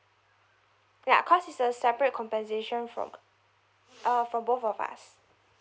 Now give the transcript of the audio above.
ya cause it's a separate compensation from uh from both of us